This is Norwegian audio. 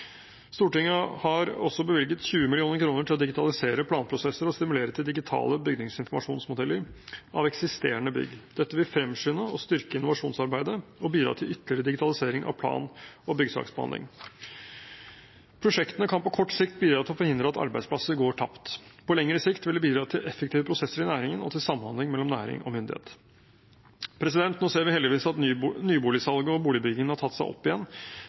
Stortinget har også bevilget 20 mill. kr til å digitalisere planprosesser og stimulere til digitale bygningsinformasjonsmodeller av eksisterende bygg. Dette vil fremskynde og styrke innovasjonsarbeidet og bidra til ytterligere digitalisering av plan- og byggesaksbehandling. Prosjektene kan på kort sikt bidra til å forhindre at arbeidsplasser går tapt. På lengre sikt vil det bidra til effektive prosesser i næringen og til samhandling mellom næring og myndigheter. Nå ser vi heldigvis at nyboligsalget og boligbyggingen har tatt seg opp igjen.